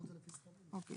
אוקיי.